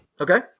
Okay